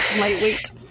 Lightweight